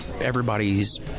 everybody's